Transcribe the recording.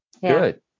Good